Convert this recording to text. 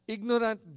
Ignorant